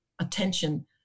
attention